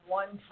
one